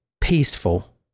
peaceful